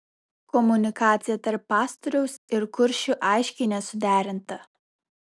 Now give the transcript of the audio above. komunikacija tarp pastoriaus ir kuršių aiškiai nesuderinta